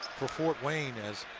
for fort wayne as